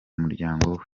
muryango